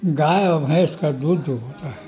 گائے اور بھینس کا دودھ جو ہوتا ہے